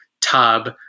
tub